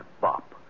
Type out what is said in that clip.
bop